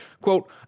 Quote